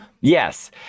Yes